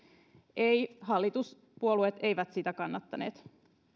ei hallituspuolueet eivät sitä kannattaneet